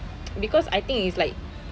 because I think it's like